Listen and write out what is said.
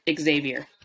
Xavier